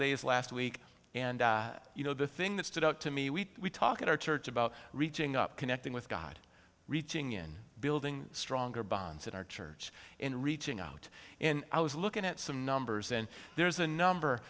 days last week and you know the thing that stood out to me we talked at our church about reaching up connecting with god reaching in building stronger bonds in our church in reaching out and i was looking at some numbers and there's a number